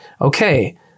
okay